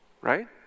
right